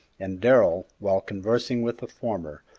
and darrell, while conversing with the former,